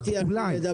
אולי.